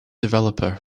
developer